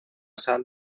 sal